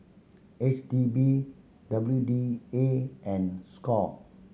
H D B W D A and score